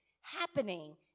happening